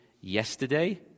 yesterday